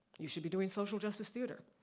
you should be doing social justice theater.